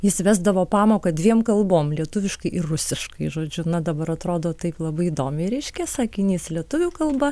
jis vesdavo pamoką dviem kalbom lietuviškai ir rusiškai žodžiu na dabar atrodo taip labai įdomiai reiškia sakinys lietuvių kalba